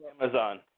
Amazon